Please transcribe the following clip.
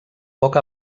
poc